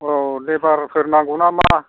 औ लेबार फोर नांगौ नामा